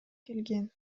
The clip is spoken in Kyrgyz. келген